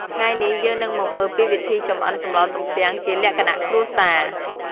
ថ្ងៃនេះ យើងនឹងមកមើលពីវិធីចម្អិនសម្លទំពាំងជាលក្ខណៈគ្រួសារ។